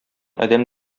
адәм